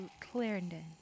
Clarendon